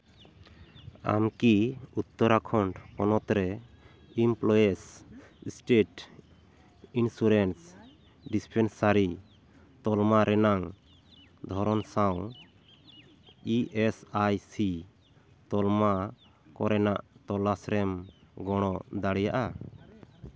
ᱟᱢ ᱠᱤ ᱩᱛᱛᱚᱨᱟ ᱠᱷᱚᱱᱰ ᱯᱚᱱᱚᱛ ᱨᱮ ᱮᱢᱯᱞᱚᱭᱮᱡᱽ ᱮᱥᱴᱮᱴ ᱤᱱᱥᱩᱨᱮᱱᱥ ᱰᱤᱥᱯᱮᱱᱥᱟᱨᱤ ᱛᱟᱞᱢᱟ ᱨᱮᱱᱟᱝ ᱫᱷᱚᱨᱚᱱ ᱥᱟᱶ ᱤ ᱮᱥ ᱟᱭ ᱥᱤ ᱛᱟᱞᱢᱟ ᱠᱚᱨᱮᱱᱟᱜ ᱛᱚᱞᱟᱥ ᱨᱮᱢ ᱜᱚᱲᱚ ᱫᱟᱲᱮᱭᱟᱜᱼᱟ